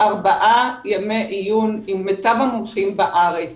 בארבעה ימי עיון עם מיטב המומחים בארץ